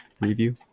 review